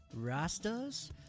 Rastas